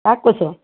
কাক কৈছ'